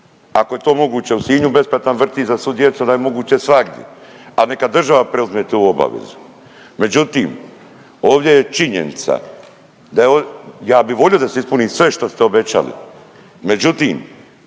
Ako je to moguće u Sinju besplatan vrtić za svu djecu, onda je moguće svagdje. Ali neka država preuzme tu obavezu. Međutim, ovdje je činjenica da, ja bih volio da se ispuni sve što ste obećali.